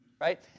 Right